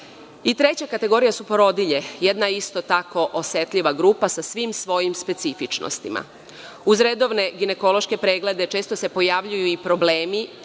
kategorija su porodilje. Jedna isto tako osetljiva grupa sa svim svojim specifičnostima. Uz redovne ginekološke preglede, često se pojavljuju i problemi